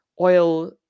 oil